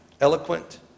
Eloquent